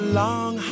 long